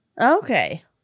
Okay